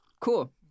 Cool